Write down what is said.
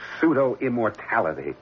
pseudo-immortality